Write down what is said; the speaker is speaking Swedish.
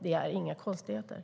Det är inga konstigheter.